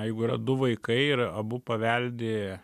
jeigu yra du vaikai ir abu paveldi